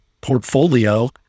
portfolio